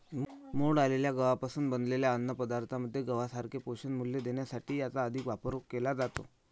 मोड आलेल्या गव्हापासून बनवलेल्या अन्नपदार्थांमध्ये गव्हासारखेच पोषणमूल्य देण्यासाठीही याचा अधिक वापर केला जातो